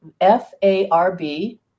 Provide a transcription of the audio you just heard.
F-A-R-B